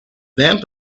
vamp